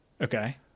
Okay